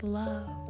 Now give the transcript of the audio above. love